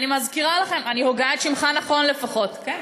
אני מזכירה לכם, אני הוגה את שמך נכון לפחות, כן.